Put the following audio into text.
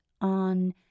on